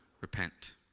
repent